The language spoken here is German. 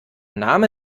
name